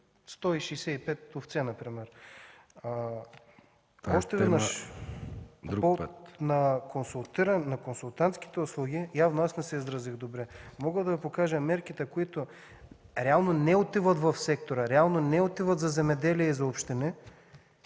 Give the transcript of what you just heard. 165 овце например. Още веднъж: на консултантските услуги – явно аз не се изразих добре, мога да покажа мерките, които реално не отиват в сектора, реално не отиват за земеделие и за общини